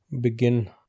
Begin